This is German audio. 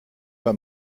bei